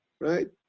Right